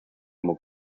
como